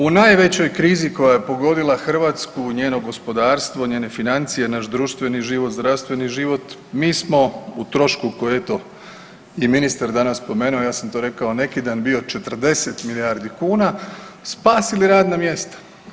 U najvećoj krizi koja je pogodila Hrvatsku u njenom gospodarstvu, njene financije, naš društveni život, zdravstveni život mi smo u trošku koji je eto i ministar danas spomenuo, ja sam to rekao neki dan bio 40 milijardi kuna spasili radna mjesta.